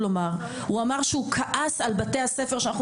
הוא אמר שהוא כעס על בתי הספר שאנחנו